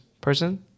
person